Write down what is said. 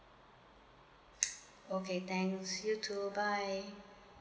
okay thanks you too bye